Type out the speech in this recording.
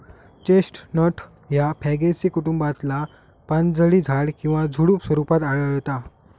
chestnut ह्या फॅगेसी कुटुंबातला पानझडी झाड किंवा झुडुप स्वरूपात आढळता